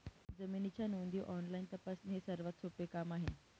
जमिनीच्या नोंदी ऑनलाईन तपासणे हे सर्वात सोपे काम आहे